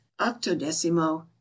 octodecimo